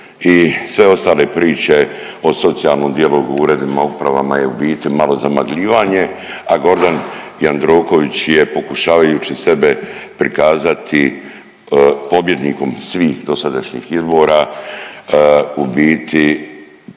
sve ostale priče o socijalnom dijalogu, uredima, uprava je u biti malo zamagljivanje, a Gordan Jandroković je pokušavajući sebe prikazati pobjednikom svih dosadašnjih izbora u biti